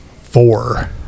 four